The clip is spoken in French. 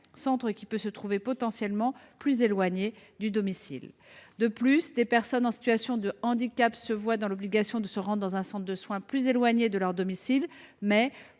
lequel pourrait se trouver potentiellement plus éloigné de leur domicile. De plus, des personnes en situation de handicap peuvent être contraintes de se rendre dans un centre de soins plus éloigné de leur domicile, mais